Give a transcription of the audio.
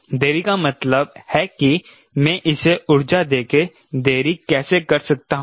देरी का मतलब है कि मैं इसे ऊर्जा दे के देरी कैसे कर सकता हूं